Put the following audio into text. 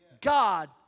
God